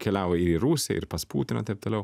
keliauja į rusiją ir pas putiną taip toliau